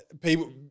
people